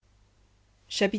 l'eau qui